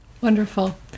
wonderful